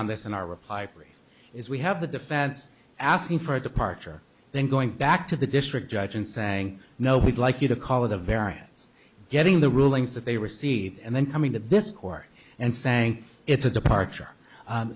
on this in our reply pre is we have the defense asking for a departure then going back to the district judge and saying no we'd like you to call it a variance getting the rulings that they received and then coming that this court and saying it's a departure